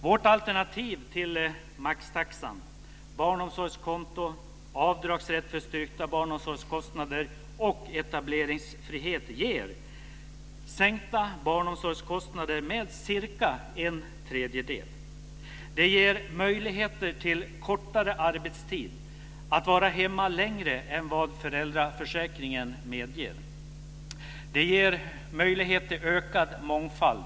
Vårt alternativ till maxtaxan - barnomsorgskonto, avdragsrätt för styrkta barnomsorgskostnader och etableringsfrihet - ger sänkta barnomsorgskostnader med cirka en tredjedel. Det ger möjlighet till kortare arbetstid och möjlighet att vara hemma längre än vad föräldraförsäkringen medger. Det ger möjlighet till ökad mångfald.